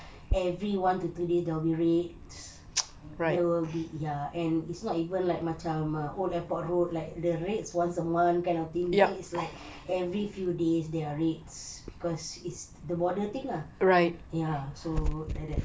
every one or two days there'll be raids there will be ya it's not even like macam old airport road like the raids once a month kind of thing here it's like every few days there are raids cause it's the border thing ah ya so like that